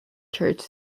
church